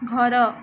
ଘର